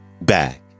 back